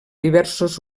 diversos